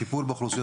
הטיפול באוכלוסיות